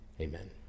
amen